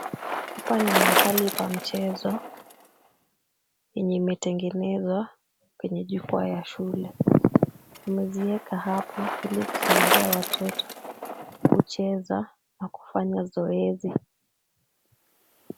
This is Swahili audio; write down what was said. Hapa ni mahali pa mchezo, yenye imetengenezwa kwenye jukwaa ya shule. Wameziweka hapo ili kusadia watoto kucheza na kufanya zoezi.